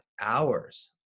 hours